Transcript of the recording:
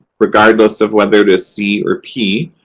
regardless of whether it is c or p,